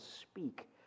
speak